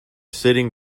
sitting